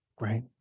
right